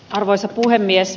arvoisa puhemies